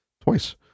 twice